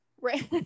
Right